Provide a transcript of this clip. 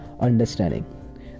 understanding